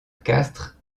castres